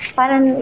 parang